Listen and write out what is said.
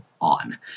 on